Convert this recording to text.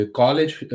college